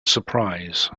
surprise